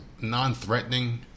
non-threatening